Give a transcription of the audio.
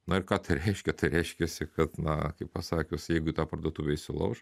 na ir ką reiškia tai reiškiasi kad na kaip pasakius jeigu į tą parduotuvę įsilauš